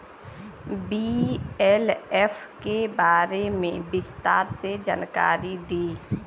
BLF के बारे में विस्तार से जानकारी दी?